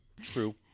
True